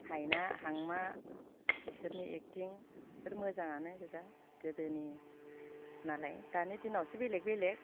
हायना हांमा इसोरनि एक्टिंफोर मोजाङानो गोजा गोदोनिनालाय दानि दिनावसो बेलेग बेलेग